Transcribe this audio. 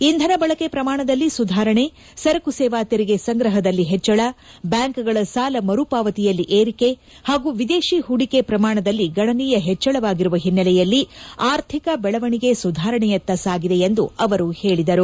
ಇಂಧನ ಬಳಕೆ ಪ್ರಮಾಣದಲ್ಲಿ ಸುಧಾರಣೆ ಸರಕು ಸೇವಾ ತೆರಿಗೆ ಸಂಗ್ರಹದಲ್ಲಿ ಹೆಜ್ವಳ ಬ್ಯಾಂಕ್ಗಳ ಸಾಲ ಮರು ಪಾವತಿಯಲ್ಲಿ ಏರಿಕೆ ಹಾಗು ವಿದೇಶಿ ಹೂಡಿಕೆ ಪ್ರಮಾಣದಲ್ಲಿ ಗಣನೀಯ ಹೆಚ್ವಳವಾಗಿರುವ ಓನ್ನೆಲೆಯಲ್ಲಿ ಆರ್ಥಿಕ ಬೆಳವಣಿಗೆ ಸುಧಾರಣೆಯತ್ತ ಸಾಗಿದೆ ಎಂದು ಅವರು ಹೇಳಿದರು